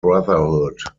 brotherhood